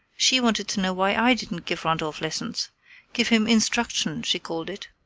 she wanted to know why i didn't give randolph lessons give him instruction, she called it.